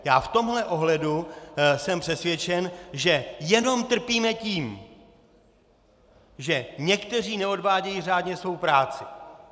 V tomhle ohledu jsem přesvědčen, že jenom trpíme tím, že někteří neodvádějí řádně svou práci.